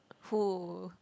full